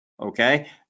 Okay